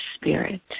spirit